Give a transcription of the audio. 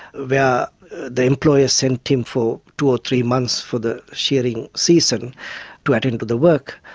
the the employer sent him for two or three months for the shearing season to attend to the work.